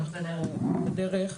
הם בדרך.